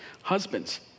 husbands